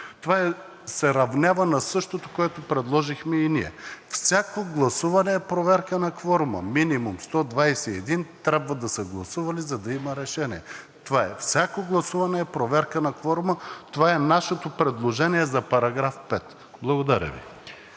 това се равнява на същото, което предложихме и ние. Всяко гласуване е проверка на кворума. Минимум 121 трябва да са гласували, за да има решение, това е. Всяко гласуване е проверка на кворума – това е нашето предложение за § 5. Благодаря Ви.